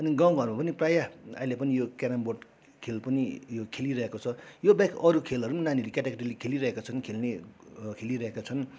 अनि गाउँघरमा पनि प्रायः अहिले पनि यो क्यारम बोर्ड खेल पनि यो खेलिरहेको छ योबाहेक अरू खेलहरू पनि नानी केटाकेटीले खेलिरहेका छन् खेल्ने खेलिरहेका छन्